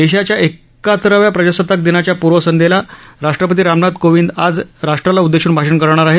देशाच्या एकाहतराव्या प्रजासताक दिनाच्या पूर्वसंध्येला राष्ट्रपती रामनाथ कोविंद आज राष्ट्राला उद्देशून भाषण करणार आहेत